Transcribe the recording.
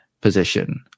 position